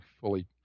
fully